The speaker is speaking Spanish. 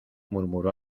murmuró